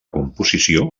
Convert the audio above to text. composició